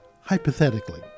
hypothetically